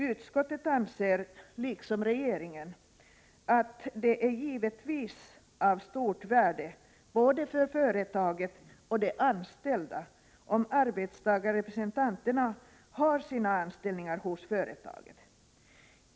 Utskottet anser — liksom regeringen — att det givetvis är av stort värde både för företaget och för de anställda om arbetstagarrepresentanterna har sina anställningar hos företaget.